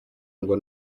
ngo